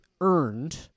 earned